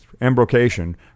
embrocation